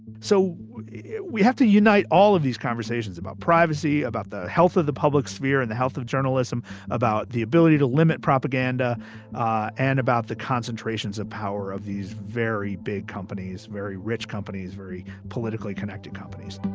so we have to unite all of these conversations about privacy, about the health of the public sphere and the health of journalism, about the ability to limit propaganda ah and about the concentrations of power of these very big companies, very rich companies, very politically connected companies